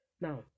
Now